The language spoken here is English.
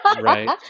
right